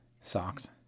Socks